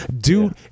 Dude